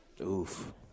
Oof